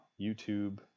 YouTube